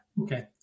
okay